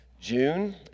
June